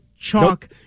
chalk